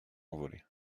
envolé